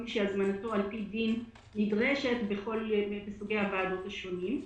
מי שהזמנתו על פי דין נדרשת בכל סוגי הוועדות השונים.